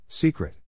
Secret